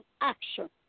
action